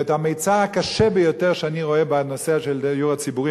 את המצר הקשה ביותר שאני רואה בנושא של הדיור הציבורי,